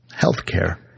healthcare